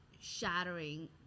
shattering